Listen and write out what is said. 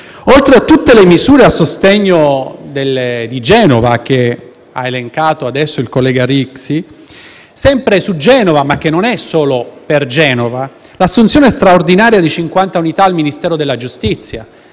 Oltre a tutte le misure a sostegno di Genova elencate adesso dal collega Rixi, è prevista sempre su Genova - ma non solo per Genova - l’assunzione straordinaria di 50 unità al Ministero della giustizia: